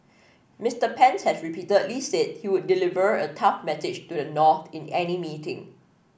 Mister Pence has repeatedly said he would deliver a tough message to the north in any meeting